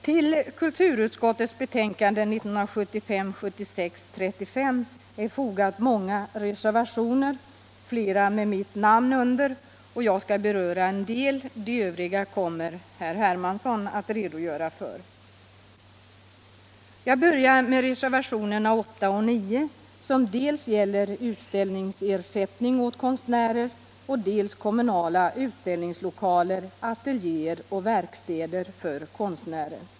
Till kulturutskottets betänkande 1975/76:35 är många reservationer fogade, flera med mitt namn på, och jag skall beröra en del av dem. De övriga kommer herr Hermansson att redogöra för.